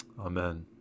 Amen